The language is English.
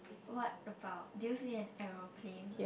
what about do you see an aeroplane